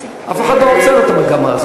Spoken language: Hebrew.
אף אחד לא עוצר את המגמה הזאת.